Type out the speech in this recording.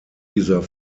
dieser